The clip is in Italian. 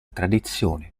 tradizione